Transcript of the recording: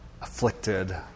Afflicted